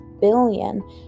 billion